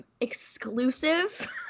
exclusive